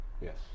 Yes